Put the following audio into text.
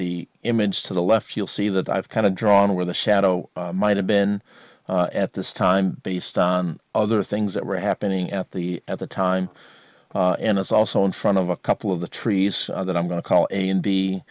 the image to the left field see that i've kind of drawn where the shadow might have been at this time based on other things that were happening at the at the time and it's also in front of a couple of the trees that i'm going to call a and b